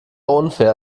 unfair